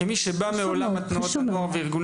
חשוב מאוד.